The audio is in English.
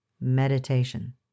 Meditation